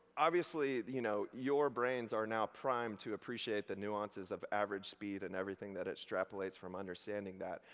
obviously, you know your brains are now primed to appreciate the nuances of average speed and everything that extrapolates from understanding that.